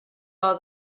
all